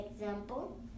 example